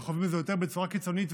וחווים את זה בצורה יותר קיצונית.